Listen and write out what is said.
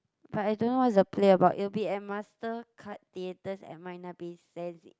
but I don't know what's the play about it'll be at Mastercard Theaters at Marina-Bay-Sands